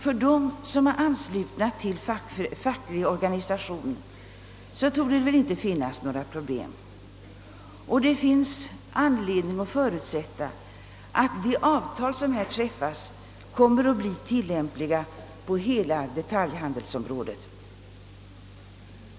För dem som är anslutna till facklig organisation torde det emellertid inte finnas några problem. Det finns anledning att förutsätta att de avtal som träffas kommer att tillämpas på hela detaljhandelsområdet.